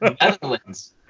Netherlands